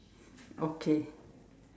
okay